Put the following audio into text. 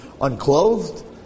unclothed